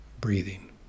breathing